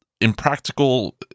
Impractical